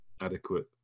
adequate